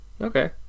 Okay